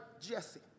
Jesse